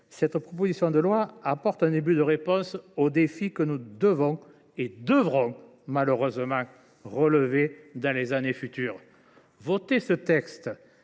cette proposition de loi apporte un début de réponse aux défis que nous devrons, malheureusement, relever dans le futur. Voter ce texte,